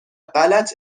غلط